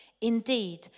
Indeed